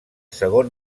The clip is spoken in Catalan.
segon